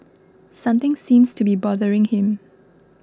something seems to be bothering him